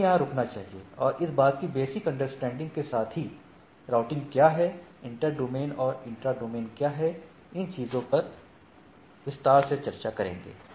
हमें यहां रुकना चाहिए और इस बात की बेसिक अंडरस्टैंडिंग के साथ कि राउटिंग क्या है इंटर डोमेन और इंट्रा डोमेन क्या हैं इन चीजों पर विस्तार से चर्चा करेंगे